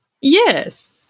Yes